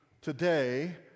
today